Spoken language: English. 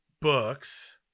books